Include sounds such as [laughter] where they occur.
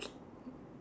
[noise]